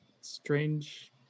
strange